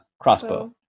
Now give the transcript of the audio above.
crossbow